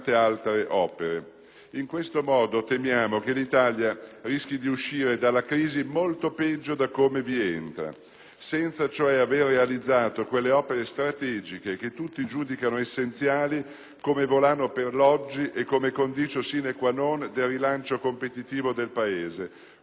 In questo modo, temiamo che l'Italia rischi di uscire dalla crisi molto peggio di come vi entra, senza cioè aver realizzato quelle opere strategiche che tutti giudicano essenziali come volano per l'oggi e come *condicio sine qua non* del rilancio competitivo del Paese. Così non va.